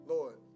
Lord